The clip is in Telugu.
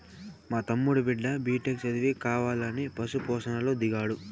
మా తమ్ముడి బిడ్డ బిటెక్ చదివి కావాలని పశు పోషణలో దిగాడు